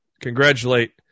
congratulate